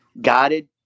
guided